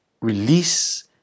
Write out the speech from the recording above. release